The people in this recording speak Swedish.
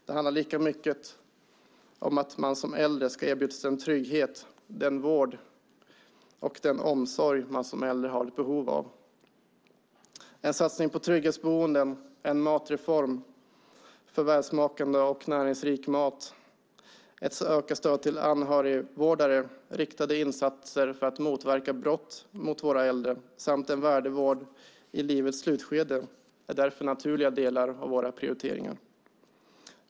Det handlar lika mycket om att man som äldre ska erbjudas den trygghet, den vård och den omsorg man har behov av. En satsning på trygghetsboenden, en matreform för välsmakande och näringsrik mat, ett ökat stöd till anhörigvårdare, riktade insatser för att motverka brott mot våra äldre samt en värdig vård i livets slutskede är därför naturliga delar av våra prioriteringar.